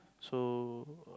so